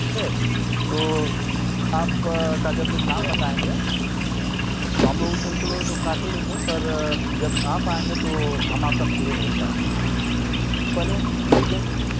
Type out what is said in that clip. ठीक है तो आप का जब लोग नाम बताएँगे तो हम लोग तो उनको लोगों तो काट ही देंगे पर जब आप आएँगे तो हम आपका फ्री में ही करा देंगे भैया पहले भेजेंगे तो